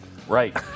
Right